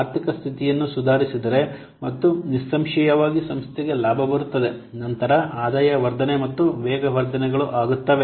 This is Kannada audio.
ಆದ್ದರಿಂದ ಆರ್ಥಿಕ ಸ್ಥಿತಿಯನ್ನು ಸುಧಾರಿಸಿದರೆ ಮತ್ತು ನಿಸ್ಸಂಶಯವಾಗಿ ಸಂಸ್ಥೆಗೆ ಲಾಭ ಬರುತ್ತದೆ ನಂತರ ಆದಾಯ ವರ್ಧನೆ ಮತ್ತು ವೇಗವರ್ಧನೆಗಳು ಆಗುತ್ತವೆ